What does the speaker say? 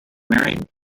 married